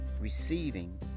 receiving